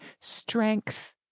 Strength